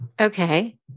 Okay